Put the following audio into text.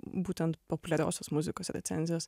būtent populiariosios muzikos recenzijos